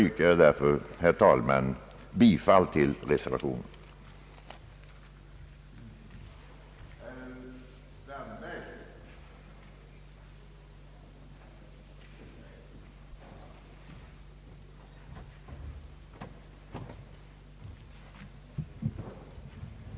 Med stöd av det anförda yrkar jag bifall till reservationen vid A i utskottets hemställan.